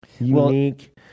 unique